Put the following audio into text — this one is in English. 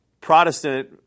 Protestant